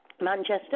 Manchester